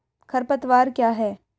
खरपतवार क्या है?